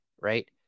right